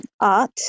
art